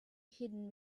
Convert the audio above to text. hidden